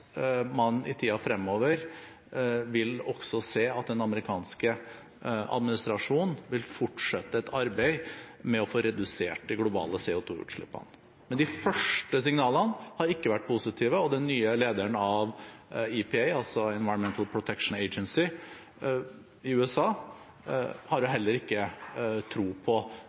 den amerikanske administrasjonen vil fortsette et arbeid med å få redusert de globale CO 2 -utslippene. Men de første signalene har ikke vært positive, og den nye lederen av EPA, Environmental Protection Agency, i USA har heller ikke tro på